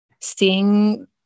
seeing